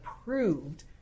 approved